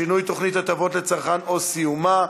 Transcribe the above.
(שינוי תוכנית הטבות לצרכן או סיומה),